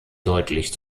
deutlich